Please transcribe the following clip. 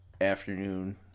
afternoon